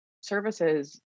services